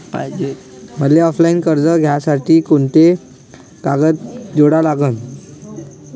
मले ऑफलाईन कर्ज घ्यासाठी कोंते कागद जोडा लागन?